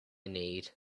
need